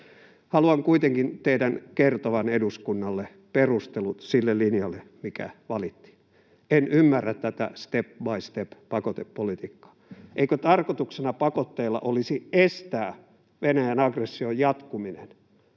Haluan kuitenkin teidän kertovan eduskunnalle perustelut sille linjalle, mikä valittiin. En ymmärrä tätä step by step -pakotepolitiikkaa. Eikö tarkoituksena pakotteilla olisi estää Venäjän aggression jatkuminen,